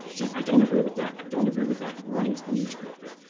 saying i don't agree with that, don't agree with that, um running to the newspaper,